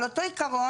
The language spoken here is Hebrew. על אותו עקרון,